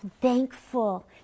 thankful